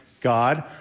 God